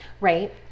right